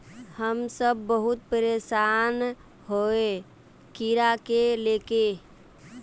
हम सब बहुत परेशान हिये कीड़ा के ले के?